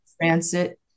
transit